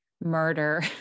murder